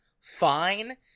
fine